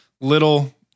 little